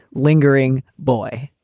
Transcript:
lingering boy?